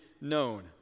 known